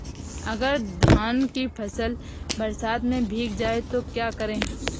अगर धान की फसल बरसात में भीग जाए तो क्या करें?